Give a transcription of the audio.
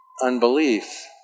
unbelief